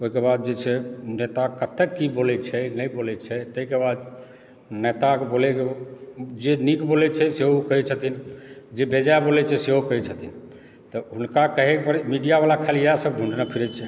ओहिके बाद जे छै नेता कतेक की बोलैत छै नहि बोलैत छै ताहिके बाद नेताके बोलयके जे नीक बोलैत छै सेहो कहैत छथिन जे बेजाय बोलैत छै सेहो कहैत छथिन तऽ हुनका कहयपर मिडियावला खाली इएहसभ ढूँढने फिरैत छै